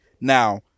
Now